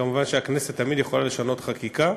כמובן, הכנסת תמיד יכולה לשנות חקיקה.